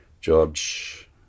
George